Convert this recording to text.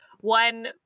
one